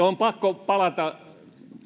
on pakko palata